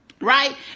Right